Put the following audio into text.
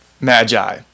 magi